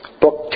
Book